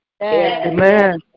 Amen